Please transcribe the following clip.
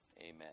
Amen